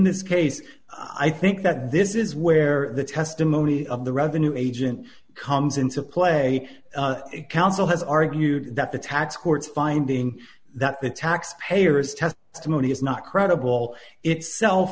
this case i think that this is where the testimony of the revenue agent comes into play counsel has argued that the tax court's finding that the tax payers test to money is not credible itself